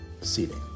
seating